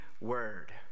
word